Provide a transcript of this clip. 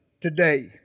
today